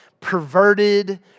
perverted